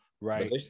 right